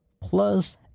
Plus